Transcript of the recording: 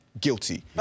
guilty